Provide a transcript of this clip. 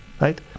right